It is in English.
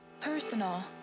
Personal